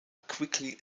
quickly